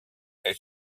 elle